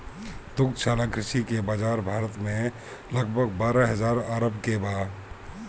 दुग्धशाला कृषि के बाजार भारत में लगभग बारह हजार अरब के बा